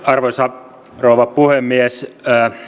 arvoisa rouva puhemies